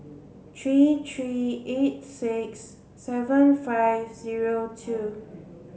three three eight six seven five zero two